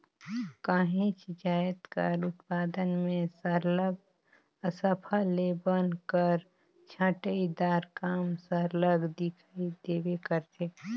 काहींच जाएत कर उत्पादन में सरलग अफसल ले बन कर छंटई दार काम सरलग दिखई देबे करथे